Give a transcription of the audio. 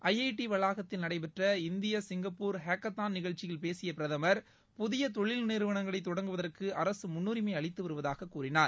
I I T வளாகத்தில் நடைபெற்ற India Singapore hackathon நிகழ்ச்சியில் பேசிய பிரதம் புதிய தொழில் நிறுவனங்களை தொடங்குவதற்கு அரசு முன்னுரிமை அளித்து வருவதாகக் கூறினார்